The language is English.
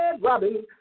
robin